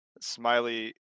smiley